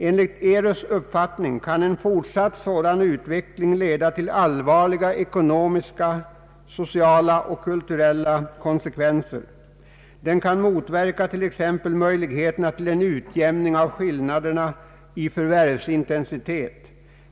Enligt ERU:s uppfattning kan en fortsatt sådan utveckling leda till allvarliga ekonomiska, sociala och kulturella konsekvenser. Den kan motverka t.ex. möjligheterna till en utjämning av skillnaderna i förvärvsintensitet.